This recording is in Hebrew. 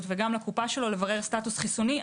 וגם לקופה שלו כדי לברר סטטוס חיסוני.